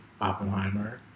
Oppenheimer